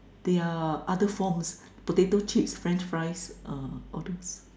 they're other forms potato chips French fries uh all those